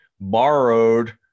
borrowed